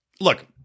look